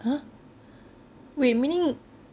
!huh! wait meaning